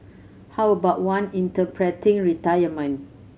how about one interpreting retirement